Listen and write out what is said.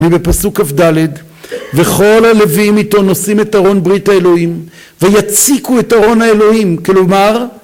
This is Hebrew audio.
ובפסוק כ"ד, וכל הלווים איתו נושאים את ארון ברית האלוהים ויציקו את ארון האלוהים כלומר